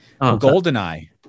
Goldeneye